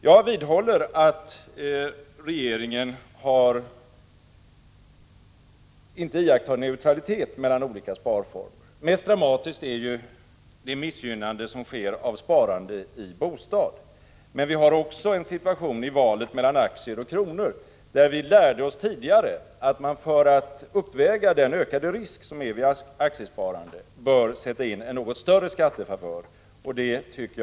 Jag vidhåller att regeringen inte iakttar neutralitet mellan olika sparformer. Mest dramatiskt är ju det missgynnande som sker av sparande i bostad. Men vi har också en motsvarande situation när det gäller valet mellan aktier och kronor. Vi lärde oss tidigare att man, för att uppväga den ökade risk som är förenad med aktiesparande, bör ge en något större skattefavör för sådant sparande.